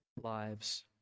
lives